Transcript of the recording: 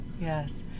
Yes